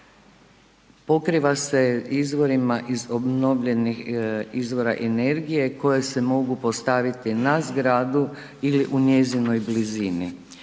pokriva se izvorima iz obnovljenih izvora energije koje se mogu postaviti na zgradu ili u njezinoj blizini.